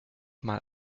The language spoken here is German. mal